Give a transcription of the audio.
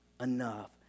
enough